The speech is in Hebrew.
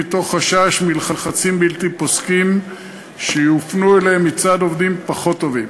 בגלל חשש מלחצים בלתי פוסקים שיופנו אליהם מצד עובדים פחות טובים.